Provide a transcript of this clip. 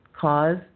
Cause